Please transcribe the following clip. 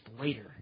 later